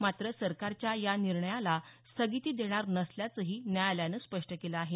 मात्र सरकारच्या या निर्णयाला स्थगिती देणार नसल्याचंही न्यायालयानं स्पष्ट केलं आहे